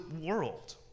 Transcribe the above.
world